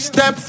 Step